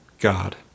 God